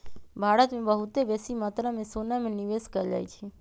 भारत में बहुते बेशी मत्रा में सोना में निवेश कएल जाइ छइ